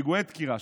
פיגועי דקירה,